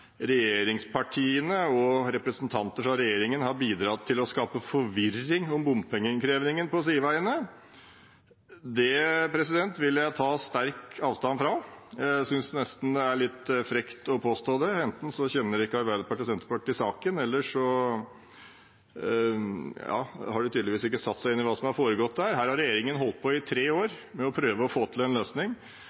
regjeringspartiene og representanter fra regjeringen har bidratt til å skape forvirring om bompengeinnkrevingen på sideveiene. Det vil jeg ta sterkt avstand fra. Jeg synes nesten det er litt frekt å påstå det. Enten kjenner ikke Arbeiderpartiet og Senterpartiet saken, eller så har de tydeligvis ikke satt seg inn i hva som har foregått her. Her har regjeringen holdt på i tre år med å prøve å få til en løsning.